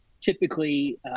typically